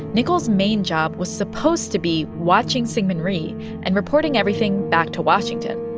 nichols' main job was supposed to be watching syngman rhee and reporting everything back to washington.